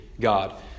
God